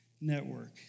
network